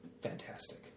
Fantastic